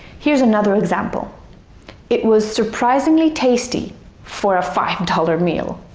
here's another example it was surprisingly tasty for a five-dollar meal